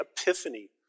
epiphany